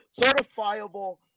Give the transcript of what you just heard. certifiable